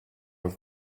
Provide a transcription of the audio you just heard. with